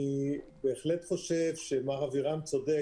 אני בהחלט חושב שמר אבירם צודק,